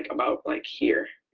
about like here.